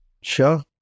Sure